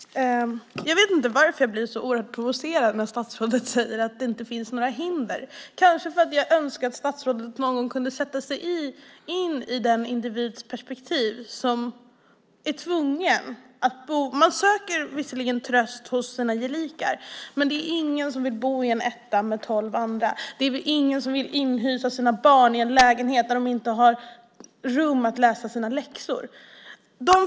Fru talman! Jag vet inte varför jag blir så oerhört provocerad när statsrådet säger att det inte finns några hinder. Det är kanske för att jag önskar att statsrådet någon gång kunde sätta sig in i situationen för den individ som är tvungen att bo så här. Man söker visserligen tröst hos sina gelikar, men det är ingen som vill bo i en etta med tolv andra. Det är ingen som vill inhysa sina barn i en lägenhet där de inte har rum att läsa sina läxor.